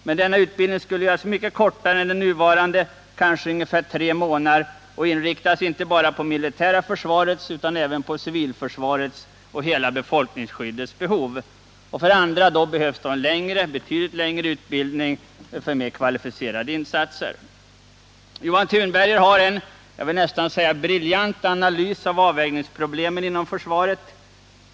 Men denna utbildning skulle göras mycket kortare än den nuvarande — kanske ungefär tre månader — och inriktas inte bara på det militära försvarets utan även på civilförsvarets och hela befolkningsskyddets behov. Dessutom behövs en betydligt längre utbildning för mer kvalificerade insatser. Johan Tunberger har en — jag vill nästan säga briljant — analys av avvägningsproblemen inom försvaret.